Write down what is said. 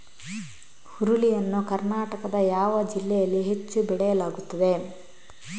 ಹುರುಳಿ ಯನ್ನು ಕರ್ನಾಟಕದ ಯಾವ ಜಿಲ್ಲೆಯಲ್ಲಿ ಹೆಚ್ಚು ಬೆಳೆಯಲಾಗುತ್ತದೆ?